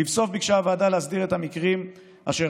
לבסוף ביקשה הוועדה להסדיר את המקרים אשר